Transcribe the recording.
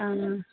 اۭں